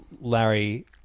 Larry